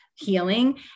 healing